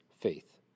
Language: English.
faith